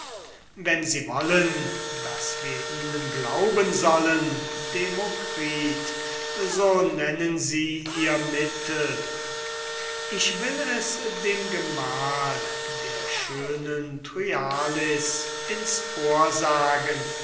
wenn sie wollen daß wir ihnen glauben sollen demokritus so nennen sie ihr mittel ich will es dem gemahl der schönen thryallis ins ohr sagen